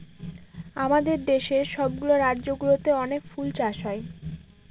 আমাদের দেশের সব গুলা রাজ্য গুলোতে অনেক ফুল চাষ হয়